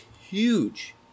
huge